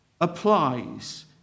applies